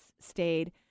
stayed